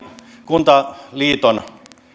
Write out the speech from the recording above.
kuntaliiton